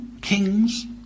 Kings